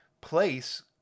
place